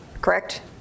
Correct